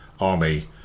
army